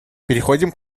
переходим